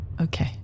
Okay